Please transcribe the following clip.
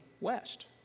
West